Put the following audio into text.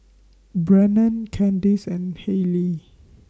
Brennon Kandice and Hayleigh